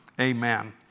amen